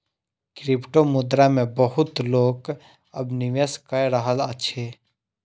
क्रिप्टोमुद्रा मे बहुत लोक अब निवेश कय रहल अछि